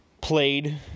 played